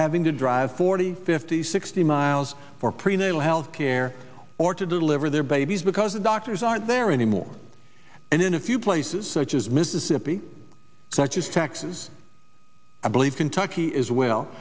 having to drive forty fifty sixty miles for prenatal health care or to deliver their babies because the doctors aren't there anymore and in a few places such as mississippi such as texas i believe kentucky is well